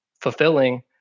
fulfilling